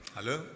Hello